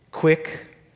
Quick